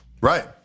Right